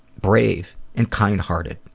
brave and kind hearted,